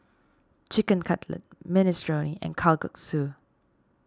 Chicken Cutlet Minestrone and Kalguksu